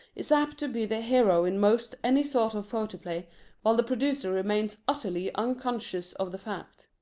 is apt to be the hero in most any sort of photoplay while the producer remains utterly unconscious of the fact.